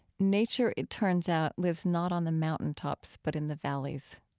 nature, it turns out, lives not on the mountaintops but in the valleys.